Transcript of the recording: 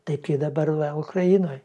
taip kaip dabar va ukrainoj